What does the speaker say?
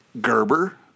Gerber